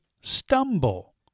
stumble